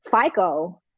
FICO